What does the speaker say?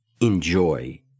enjoy